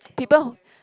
people who